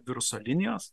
viruso linijos